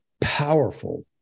powerful